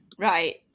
Right